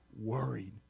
worried